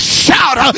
shout